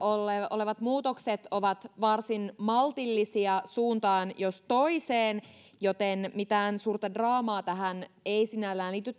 olevat muutokset ovat varsin maltillisia suuntaan jos toiseen joten mitään suurta draamaa tähän hallituksen esitykseen ei sinällään liity